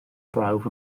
brawf